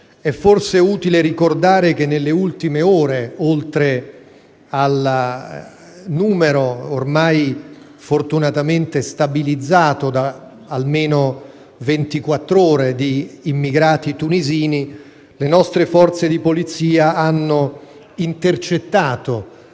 È forse utile ricordare che nelle ultime ore, oltre al numero, ormai fortunatamente stabilizzato, da almeno 24 ore, di immigrati tunisini, le nostre forze di polizia hanno intercettato